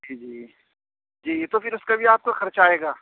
جی جی جی تو پھر اس پہ بھی آپ کو خرچہ آئے گا